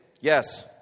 Yes